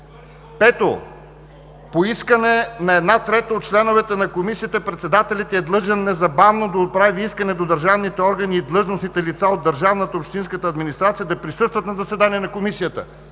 По искане на една трета от членовете на комисията председателят й е длъжен незабавно да отправи искане до държавните органи и длъжностните лица от държавната и общинската администрация да присъстват на заседание на комисията“.